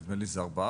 נדמה לי זה 4%,